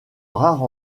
rare